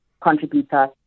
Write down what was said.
contributor